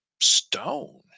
stone